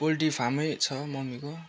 poultry फार्मै छ ममीको